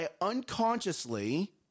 unconsciously